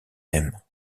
thèmes